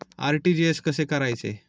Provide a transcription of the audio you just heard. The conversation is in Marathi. आर.टी.जी.एस कसे करायचे?